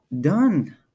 done